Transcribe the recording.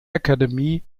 academy